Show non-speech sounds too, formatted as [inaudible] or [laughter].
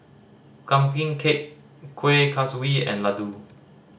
[unintelligible] cake Kueh Kaswi and laddu